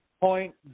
point